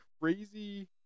crazy